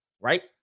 right